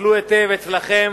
תסתכלו היטב אצלכם,